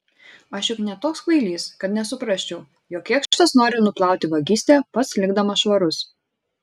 aš juk ne toks kvailys kad nesuprasčiau jog kėkštas nori nuplauti vagystę pats likdamas švarus